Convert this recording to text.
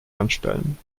anstellen